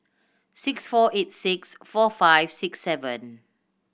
six four eight six four five six seven